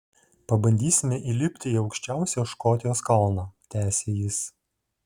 pabandysime įlipti į aukščiausią škotijos kalną tęsė jis